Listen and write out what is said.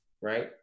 right